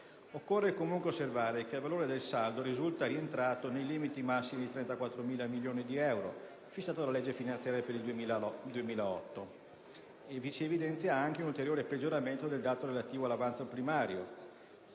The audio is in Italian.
Occorre comunque osservare che il valore del saldo risulta rientrare nel limite massimo di 34.000 milioni di euro fissato dalla legge finanziaria per il 2008. Evidenzia anche un ulteriore peggioramento del dato relativo all'avanzo primario,